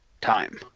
time